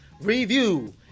review